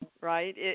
right